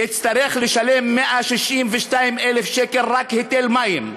הוא יצטרך לשלם 162,000 שקל רק היטל מים.